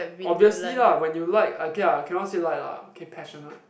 obviously lah when you like okay lah cannot say like lah k passionate